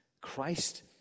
Christ